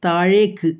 താഴേക്ക്